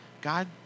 God